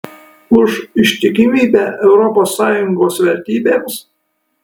už ištikimybę europos sąjungos vertybėms